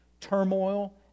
turmoil